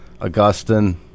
Augustine